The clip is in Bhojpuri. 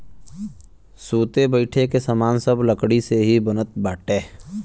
सुते बईठे के सामान सब लकड़ी से ही बनत बाटे